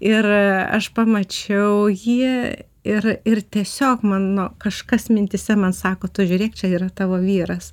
ir aš pamačiau jį ir ir tiesiog mano kažkas mintyse man sako tu žiūrėk čia yra tavo vyras